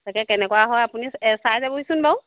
তাকে কেনেকুৱা হয় আপুনি এ চাই যাবহিচোন বাৰু